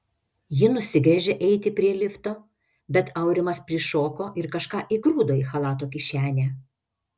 ji nusigręžė eiti prie lifto bet aurimas prišoko ir kažką įgrūdo į chalato kišenę